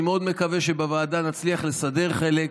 אני מאוד מקווה שבוועדה נצליח לסדר חלק,